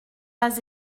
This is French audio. pas